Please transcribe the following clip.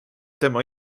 tema